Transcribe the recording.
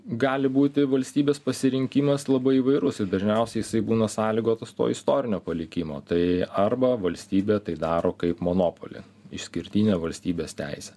gali būti valstybės pasirinkimas labai įvairus ir dažniausiai jisai būna sąlygotas to istorinio palikimo tai arba valstybė tai daro kaip monopolį išskirtine valstybės teise